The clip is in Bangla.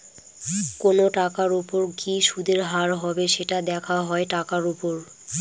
কোনো টাকার উপর কি সুদের হার হবে, সেটা দেখা হয় টাকার উপর